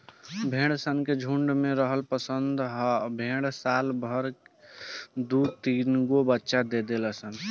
भेड़ सन के झुण्ड में रहल पसंद ह आ भेड़ साल भर में दु तीनगो बच्चा दे देली सन